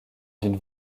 d’une